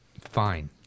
Fine